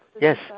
Yes